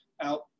out